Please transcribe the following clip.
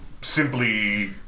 simply